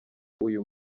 uyu